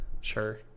Sure